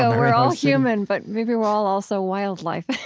so we're all human, but maybe we're all also wildlife.